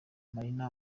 marina